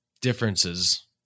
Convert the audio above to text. differences